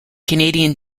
canadian